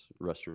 restroom